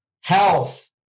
health